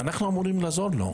אנחנו אמורים לעזור לו.